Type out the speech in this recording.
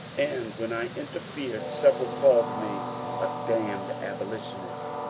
and, when i interfered, several called me a damned abolitionist,